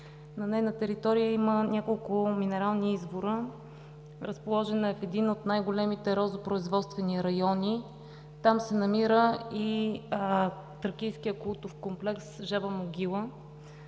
На нейна територия има няколко минерални извора. Разположена е в един от най-големите розопроизводствени райони. Там се намира и тракийският култов комплекс „Жаба могила“.